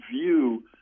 view